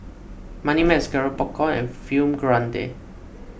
Moneymax Garrett Popcorn and Film Grade